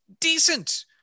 decent